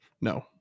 No